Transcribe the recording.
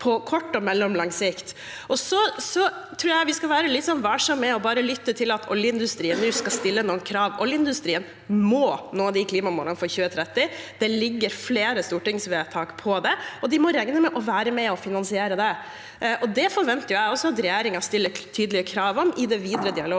på kort og mellomlang sikt. Jeg tror også vi skal være litt varsomme med bare å lytte til at oljeindustrien nå skal stille noen krav. Oljeindustrien må nå klimamålene for 2030. Det er flere stortingsvedtak om det, og de må regne med å måtte være med på å finansiere det. Det forventer jeg også at regjeringen stiller tydelige krav om i den videre dialogen